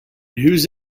whose